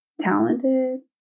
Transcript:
talented